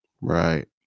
Right